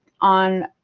on